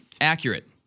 Accurate